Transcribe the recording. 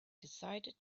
decided